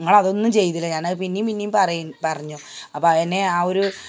നിങ്ങൾ അതൊന്നും ചെയ്തില്ല ഞാൻ അത് പിന്നേയും പിന്നേയും പറയേം പറഞ്ഞു അപ്പോൾ അയെന്നെ ആ ഒരു